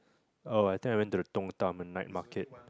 oh I think I went to the Dong Da Men night market